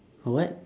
what